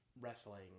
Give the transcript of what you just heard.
wrestling